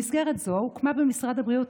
במסגרת זאת הוקמה במשרד הבריאות,